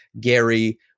Gary